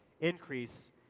increase